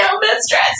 mistress